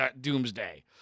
doomsday